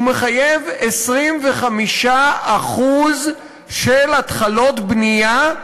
הוא מחייב 25% של התחלות בנייה,